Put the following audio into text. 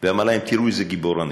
ואמר להם: תראו איזה גיבור אני,